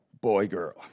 boy-girl